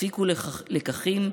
הפיקו לקחים,